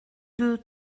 deux